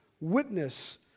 witness